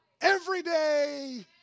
everyday